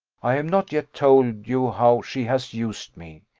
i have not yet told you how she has used me.